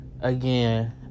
again